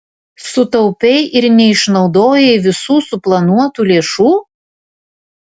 sutaupei ir neišnaudojai visų suplanuotų lėšų